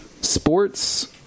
sports